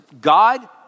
God